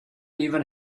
even